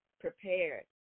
prepared